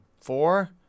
four